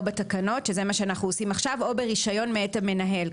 בתקנות שזה מה שאנחנו עושים עכשיו או ברישיון מאת המנהל.